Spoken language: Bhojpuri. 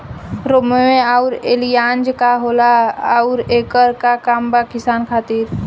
रोम्वे आउर एलियान्ज का होला आउरएकर का काम बा किसान खातिर?